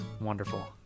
Wonderful